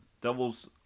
Devils